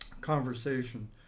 conversation